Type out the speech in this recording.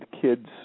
kids